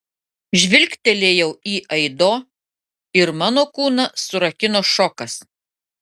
žvilgtelėjau į aido ir mano kūną surakino šokas